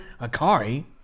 Akari